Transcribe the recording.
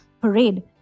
parade